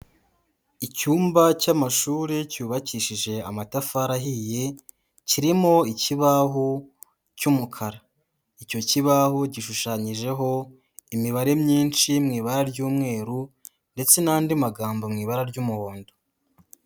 Icyumba cy'amashuri cyubakishije amatafari ahiye, cyirimo ikibaho cy'umukara, icyo kibaho gishushanyijeho imibare myinshi mu ibara ry'umweru, ndetse n'andi magambo mu ibara ry'umuhondo.